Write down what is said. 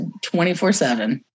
24-7